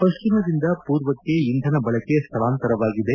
ಪಶ್ಚಿಮದಿಂದ ಪೂರ್ವಕ್ಕೆ ಇಂಧನ ಬಳಕೆ ಸ್ಮಳಾಂತರವಾಗಿದೆ